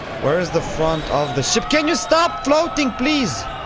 where is the front of the ship? can you stop floating please!